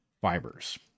fibers